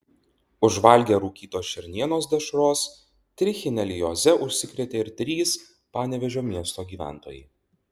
užvalgę rūkytos šernienos dešros trichinelioze užsikrėtė ir trys panevėžio miesto gyventojai